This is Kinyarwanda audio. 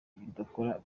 kidakora